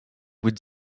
would